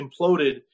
imploded